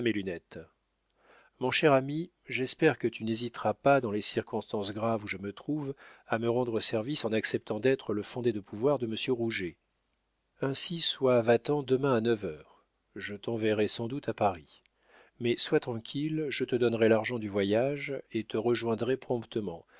lunettes mon cher ami j'espère que tu n'hésiteras pas dans les circonstances graves où je me trouve à me rendre service en acceptant d'être le fondé de pouvoir de monsieur rouget ainsi sois à vatan demain à neuf heures je t'enverrai sans doute à paris mais sois tranquille je te donnerai l'argent du voyage et te rejoindrai promptement